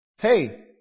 Hey